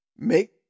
make